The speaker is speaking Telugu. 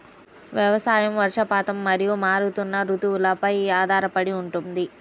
వ్యవసాయం వర్షపాతం మరియు మారుతున్న రుతువులపై ఆధారపడి ఉంటుంది